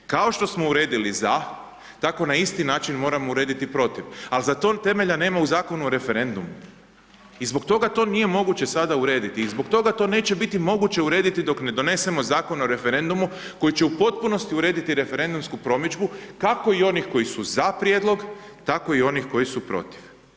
Kao što smo uredili za, tako na isti način moramo urediti protiv, ali za tog temelja nema u Zakonu o referendumu i zbog toga to nije moguće sada urediti i zbog toga to neće biti moguće urediti dok ne donesemo Zakon o referendumu, koji će u potpunosti urediti referendumsku promidžbu, kako i onih koji su za prijedlog, tako i onih koji su protiv.